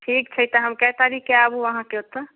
ठीक छै तऽ हम कए तारिकके आबू अहाँकेँ ओतऽ